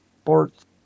sports